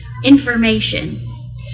information